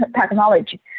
technology